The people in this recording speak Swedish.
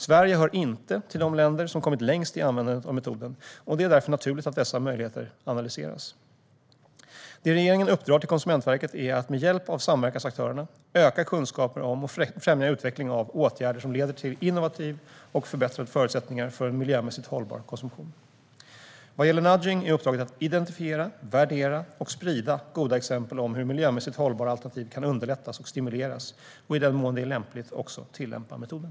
Sverige hör inte till de länder som kommit längst i användandet av metoden, och det är därför naturligt att dess möjligheter analyseras. Det regeringen uppdrar till Konsumentverket är att med hjälp av samverkansaktörerna öka kunskapen om, och främja utveckling av, åtgärder som leder till innovation och förbättrade förutsättningar för en miljömässigt hållbar konsumtion. Vad gäller nudging är uppdraget att identifiera, värdera och sprida goda exempel om hur miljömässigt hållbara alternativ kan underlättas och stimuleras och i den mån det är lämpligt också tillämpa metoden.